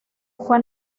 fue